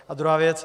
A druhá věc.